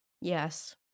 yes